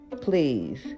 please